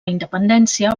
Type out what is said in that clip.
independència